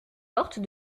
portes